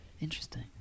interesting